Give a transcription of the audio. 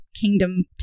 kingdom